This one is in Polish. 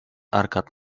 arkad